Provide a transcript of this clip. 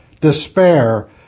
despair